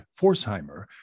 Forsheimer